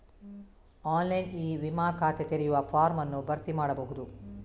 online e ವಿಮಾ ಖಾತೆ ತೆರೆಯುವ ಫಾರ್ಮ್ ಅನ್ನು ಭರ್ತಿ ಮಾಡಬಹುದು